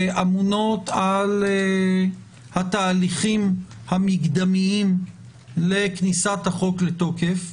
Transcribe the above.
שאמונות על התהליכים המקדמיים לכניסת החוק לתוקף,